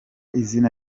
izina